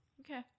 Okay